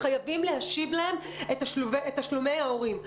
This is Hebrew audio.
חייבים להשיב להם את תשלומי ההורים.